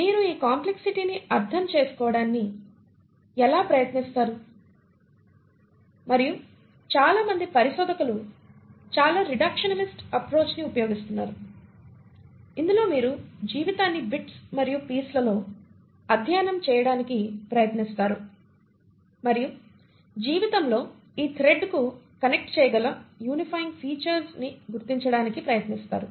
మీరు ఈ కాంప్లెక్సిటీ ని అర్థం చేసుకోవడానికి ఎలా ప్రయత్నిస్తారు మరియు చాలా మంది పరిశోధకులు చాలా రిడక్షనలిస్ట్ అప్రోచ్ ని ఉపయోగిస్తున్నారు ఇందులో మీరు జీవితాన్ని బిట్స్ మరియు పీస్లలో అధ్యయనం చేయడానికి ప్రయత్నిస్తారు మరియు జీవితంలో ఈ థ్రెడ్కు కనెక్ట్ చేయగల యూనిఫయింగ్ ఫీచర్స్ గుర్తించడానికి ప్రయత్నిస్తారు